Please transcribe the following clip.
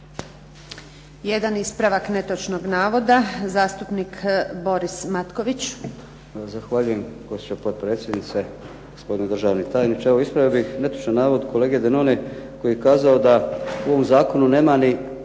Jedan ispravak netočnog navoda, zastupnik Boris Matković. **Matković, Borislav (HDZ)** Zahvaljujem. Gospođo potpredsjednice, gospodine državni tajniče. Evo ispravio bih netočan navod kolege Denone, koji je kazao da u ovom zakonu nema ni,